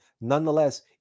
nonetheless